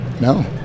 No